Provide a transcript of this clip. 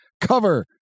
cover